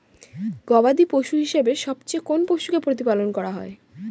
গবাদী পশু হিসেবে সবচেয়ে কোন পশুকে প্রতিপালন করা হয়?